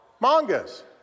mangas